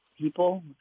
people